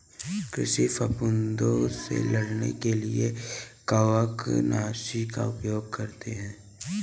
कृषि फफूदों से लड़ने के लिए कवकनाशी का उपयोग करते हैं